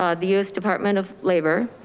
um the u s department of labor,